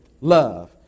love